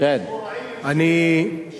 אני, יש פורעים